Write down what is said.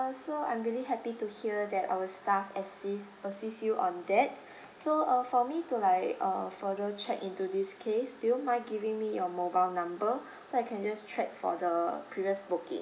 so I'm really happy to hear that our staff assist assist you on that so err for me to like err further check into this case do you mind giving me your mobile number so I can just check for the previous booking